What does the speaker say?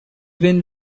been